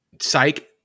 Psych